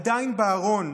עדיין בארון,